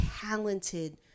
talented